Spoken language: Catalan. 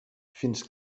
fins